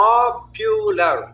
Popular